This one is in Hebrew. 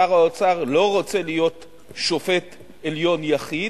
שר האוצר לא רוצה להיות שופט עליון יחיד,